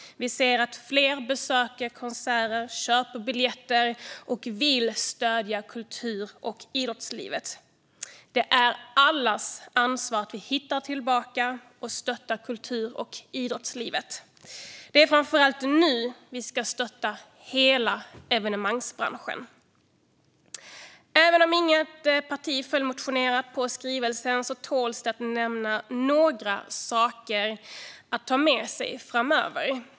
Vi ser att fler besöker konserter, köper biljetter och vill stödja kultur och idrottslivet. Det är allas ansvar att vi hittar tillbaka och stöttar kultur och idrottslivet. Det är framför allt nu vi ska stötta hela evenemangsbranschen. Även om inget parti följdmotionerat på skrivelsen tål det att nämnas några saker att ta med sig framöver.